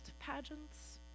pageants